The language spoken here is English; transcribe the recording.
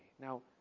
Now